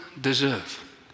deserve